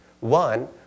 One